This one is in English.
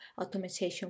automation